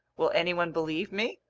will anyone believe me?